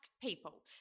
people